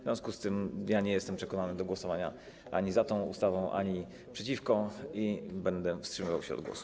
W związku z tym ja nie jestem przekonany do głosowania ani za tą ustawą, ani przeciwko niej i będę wstrzymywał się od głosu.